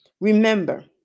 Remember